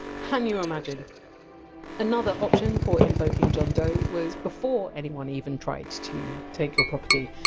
can you imagine another option for invoking john doe was before anyone even tried to take your property,